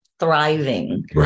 thriving